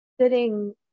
sitting